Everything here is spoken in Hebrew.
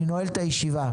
אני נועל את הישיבה.